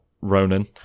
Ronan